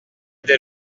dès